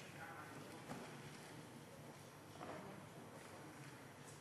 שקיפחו את חייהם במתקפת הטרור